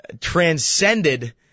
transcended